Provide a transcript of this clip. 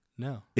No